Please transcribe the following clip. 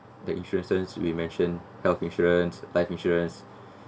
the insurances we mentioned health insurance life insurance